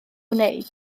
wneud